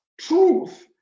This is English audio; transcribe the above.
truth